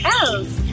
else